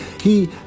he